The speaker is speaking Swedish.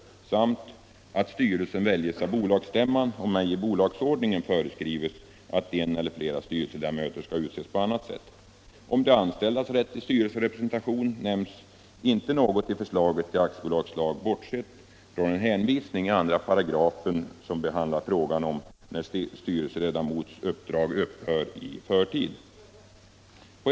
Vidare anges: ”Styrelsen väljes av bolagsstämman, om ej i bolagsordningen föreskrives att en eller flera styrelseledamöter skall utses på annat sätt.” Om de anställdas rätt till styrelserepresentation nämns ej något i förslaget till aktiebolagslag, bortsett från en hänvisning i 25, som behandlar frågan när styrelseledamots uppdrag upphör i förtid.